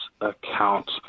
account